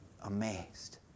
amazed